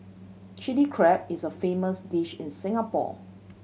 Chilli Crab is a famous dish in Singapore